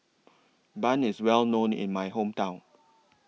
Bun IS Well known in My Hometown